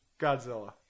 Godzilla